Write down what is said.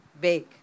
big